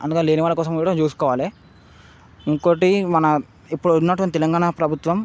అందుకని లేనివాళ్ళ కోసం కూడా చూసుకోవాలి ఇంకొక మన ఇప్పుడున్నటువంటి తెలంగాణ ప్రభుత్వం